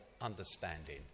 understanding